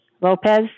Lopez